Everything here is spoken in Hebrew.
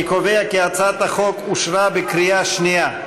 אני קובע כי הצעת החוק אושרה בקריאה שנייה.